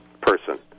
person